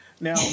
Now